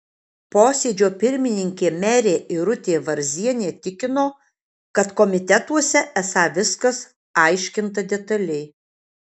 posėdžio pirmininkė merė irutė varzienė tikino kad komitetuose esą viskas aiškinta detaliai